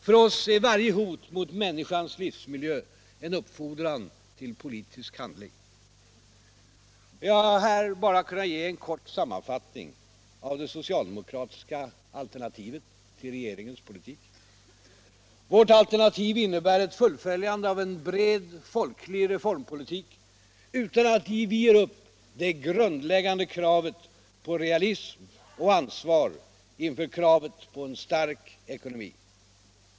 För oss är varje hot mot människans livsmiljö en uppfordran till politisk handling. Jag har här bara kunnat ge en kort sammanfattning av det socialdemokratiska alternativet till regeringens politik. Vårt alternativ innebär ett fullföljande av en bred och folklig reformpolitik utan att vi ger upp det grundläggande kravet på realism och ansvar inför kravet på en stark ekonomi.